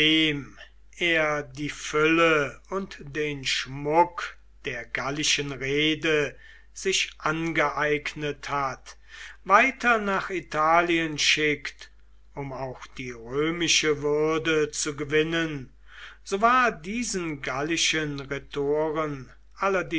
er die fülle und den schmuck der gallischen rede sich angeeignet hat weiter nach italien schickt um auch die römische würde zu gewinnen so war diesen gallischen rhetoren